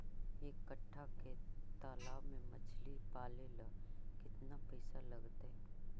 एक कट्ठा के तालाब में मछली पाले ल केतना पैसा लगतै?